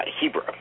Hebrew